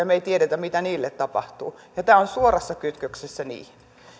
me emme tiedä mitä niille tapahtuu ja tämä on suorassa kytköksessä niihin